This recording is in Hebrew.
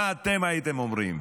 מה אתם הייתם אומרים?